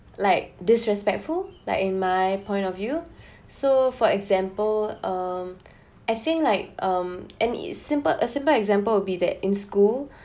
like disrespectful like in my point of view so for example um I think like um and is simple a simple example will be that in school